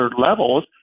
levels